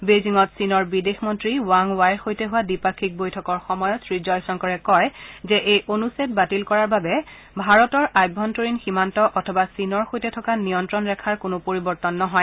বেইজিঙত চীনৰ বিদেশ মন্ত্ৰী ৱাং ৱাইৰ সৈতে হোৱা দ্বিপাক্ষীক বৈঠকৰ সময়ত শ্ৰীজয়শংকৰে কয় যে এই অনুচ্ছেদ বাতিল কৰাৰ বাবে ভাৰতৰ আভ্যন্তৰীণ সীমান্ত অথবা চীনৰ সৈতে থকা নিয়ন্ত্ৰণ ৰেখাৰ কোনো পৰিৱৰ্তন নহয়